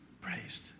praised